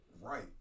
Right